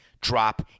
drop